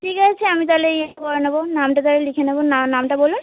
ঠিক আছে আমি তাহলে ইয়ে করে নেবো নামটা তালে লিখে নেবো নামটা বলুন